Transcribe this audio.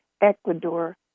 Ecuador